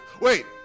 wait